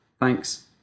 Thanks